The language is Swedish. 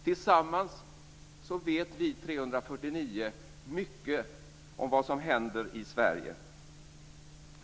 Tillsammans vet vi 349 mycket om vad som händer i Sverige.